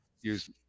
use